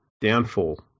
downfall